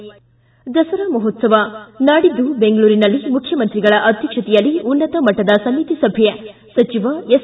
ಿ ದಸರಾ ಮಹೋತ್ಸವ ನಾಡಿದ್ದು ಬೆಂಗಳೂರಿನಲ್ಲಿ ಮುಖ್ಯಮಂತ್ರಿಗಳ ಅಧ್ಯಕ್ಷತೆಯಲ್ಲಿ ಉನ್ನತ ಮಟ್ಟದ ಸಮಿತಿ ಸಭೆ ಸಚಿವ ಎಸ್